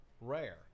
rare